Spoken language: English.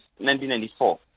1994